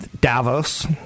Davos